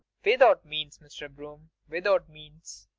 without means, mr. broome, without means.